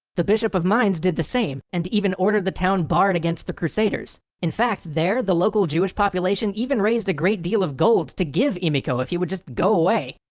the bishop of menz did the same and even ordered the town bar and against the crusaders. in fact, there the local jewish population even raised a great deal of gold to give emicho if you would just go away.